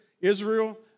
Israel